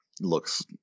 looks